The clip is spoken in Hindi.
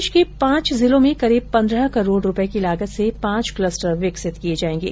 प्रदेश के पांच जिलों में करीब पन्द्रह करोड़ रुपए की लागत से पांच क्लस्टर विकसित किए जाएंगे